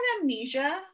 amnesia